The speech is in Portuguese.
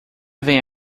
vem